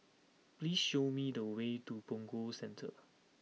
please show me the way to Punggol Centre